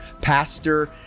pastor